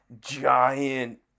giant